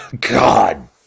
God